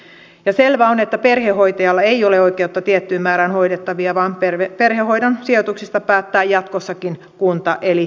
selvää on että perhehoitajalla ei ole oikeutta tiettyyn määrään hoidettavia vaan perhehoidon sijoituksista päättää jatkossakin kunta eli kunta päättää